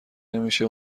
نمیشه